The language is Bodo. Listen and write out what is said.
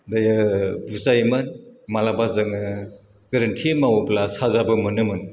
बेयो बुजायोमोन मालाबा जोङो गोरोन्थि मावोब्ला साजाबो मोनोमोन